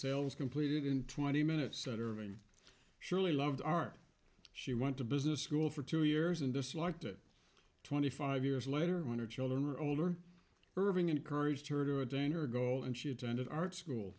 sales completed in twenty minutes center and shirley loved art she went to business school for two years and disliked it twenty five years later when her children are older irving encouraged her to a dinner goal and she attended art school